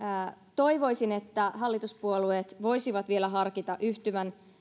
toivoisin että hallituspuolueet voisivat vielä harkita yhtyvänsä